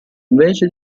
invece